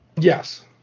Yes